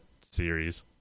series